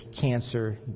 cancer